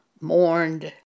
mourned